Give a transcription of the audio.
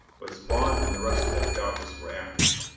but spawn and the rest of them doubtless were after me.